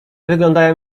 wyglądają